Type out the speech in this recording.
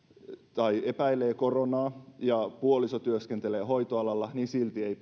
tai epäilee koronaa ja puoliso työskentelee hoitoalalla niin silti ei